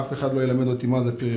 ואף אחד לא ילמד אותי מה זה פריפריה.